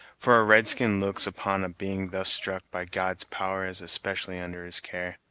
for a red-skin looks upon a being thus struck by god's power as especially under his care.